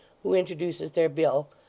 who introduces their bill,